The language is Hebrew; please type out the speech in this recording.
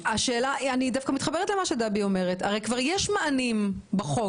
אני דווקא מתחברת למה שאומרת דבי הרי כבר יש מענים בחוק.